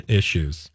issues